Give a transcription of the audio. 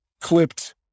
Clipped